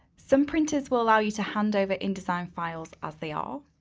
some printers will allow you to hand over in design files as they are.